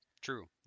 True